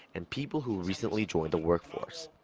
and people who recently joined the workforce.